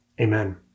amen